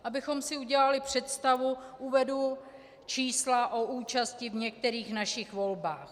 Abychom si udělali představu, uvedu čísla o účasti v některých našich volbách.